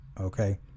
okay